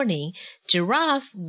Giraffe